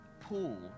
pool